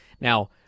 Now